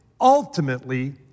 ultimately